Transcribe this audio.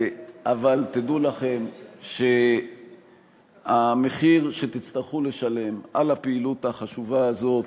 אבל תדעו לכם שהמחיר שתצטרכו לשלם על הפעילות החשובה הזאת